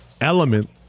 element